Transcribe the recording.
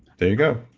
there you go.